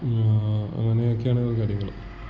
അങ്ങനെയൊക്കെയാണ് ഇത് കാര്യങ്ങൾ